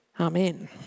Amen